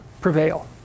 prevail